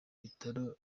bitaro